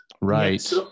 right